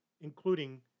including